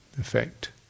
effect